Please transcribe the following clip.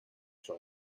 scheu